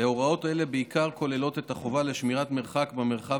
והוראות אלה כוללות בעיקר את החובה לשמירת מרחק במרחב